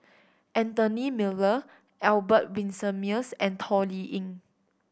Anthony Miller Albert Winsemius and Toh Liying